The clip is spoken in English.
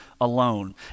alone